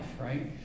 right